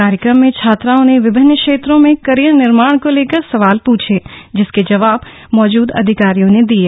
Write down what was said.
कार्यक्रम में छात्राओं ने विभिन्न क्षेत्रों में करियर निर्माण को लेकर सवाल पूछे जिसके जवाब मौजूद अधिकारियों ने दिये